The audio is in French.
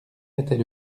était